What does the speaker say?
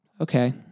Okay